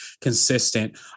consistent